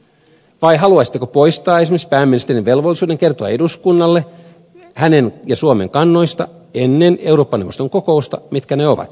vai haluaisitteko poistaa esimerkiksi pääministerin velvollisuuden kertoa ennen eurooppa neuvoston kokousta eduskunnalle hänen ja suomen kannoista mitkä ne ovat